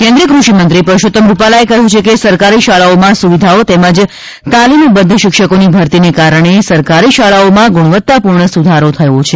કેન્દ્રીય કૃષિમંત્રી પરષોત્તમ રૂપાલાએ કહ્યુ છે કે સરકારી શાળાઓમાં સુવિધાઓ તેમજ તાલીમબધ્ધ શિક્ષકોની ભરતીને કારણે સરકારી શાળાઓમાં ગુણવતાપૂર્ણ સુધારો થયો છે